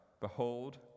Behold